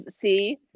See